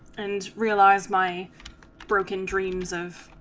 and realize my broken dreams of